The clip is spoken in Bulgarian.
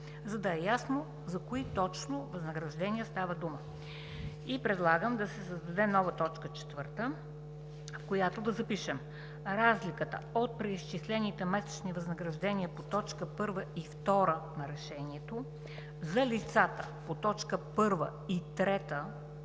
за да е ясно за кои точно възнаграждения става дума. И предлагам да се създаде нова т. 4, в която да запишем: „Разликата от преизчислените месечни възнаграждения по т. 1 и 2 на Решението за лицата по т. 1 и т.